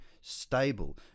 stable